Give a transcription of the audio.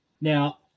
Now